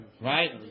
Right